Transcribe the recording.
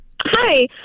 Hi